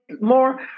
more